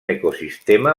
ecosistema